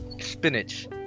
Spinach